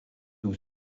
aux